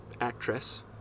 actress